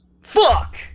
Fuck